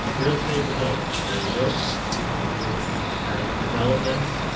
real estate development. there we go people who are into development,